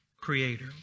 creator